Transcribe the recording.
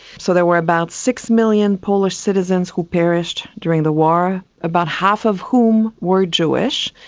so there were about six million polish citizens who perished during the war, about half of whom were jewish.